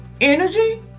Energy